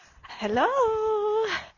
Hello